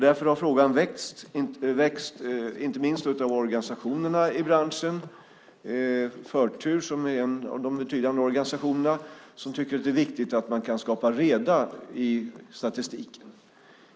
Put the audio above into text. Därför har frågan väckts, inte minst av organisationerna i branschen. Förtur, som är en av de betydande organisationerna, tycker att det är viktigt att man kan skapa reda i statistiken.